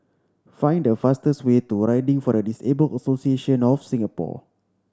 find the fastest way to Riding for the Disabled Association of Singapore